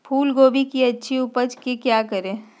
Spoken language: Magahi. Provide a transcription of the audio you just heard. फूलगोभी की अच्छी उपज के क्या करे?